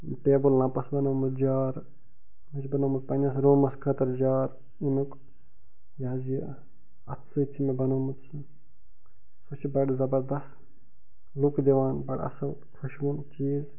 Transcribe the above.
table lamps بنوومُت jar مےٚ چھُ بنوومُت پَنٕنِس روٗمَس خٲطرٕ جار ییٚمُک یہِ حظ یہِ اَتھٕ سۭتۍ چھِ مےٚ بنوومُت سُہ چھُ بڈٕ زبردَس لُک دِوان بڈٕ اصٕل خۄشیِوُن چیٖز